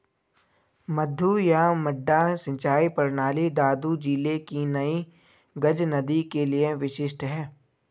मद्दू या मड्डा सिंचाई प्रणाली दादू जिले की नई गज नदी के लिए विशिष्ट है